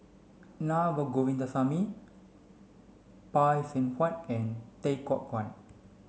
Na Govindasamy Phay Seng Whatt and Tay Koh